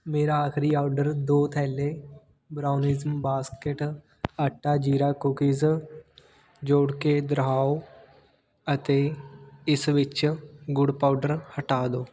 ਮੇਰਾ ਆਖਰੀ ਔਡਰ ਦੋ ਥੈਲੈ ਬ੍ਰਾਊਨਿਜ਼ ਬਾਸਕੇਟ ਆਟਾ ਜ਼ੀਰਾ ਕੂਕੀਜ਼ ਜੋੜ ਕੇ ਦੁਹਰਾਓ ਅਤੇ ਇਸ ਵਿੱਚ ਗੁੜ ਪਾਊਡਰ ਹਟਾ ਦਿਓ